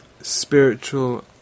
spiritual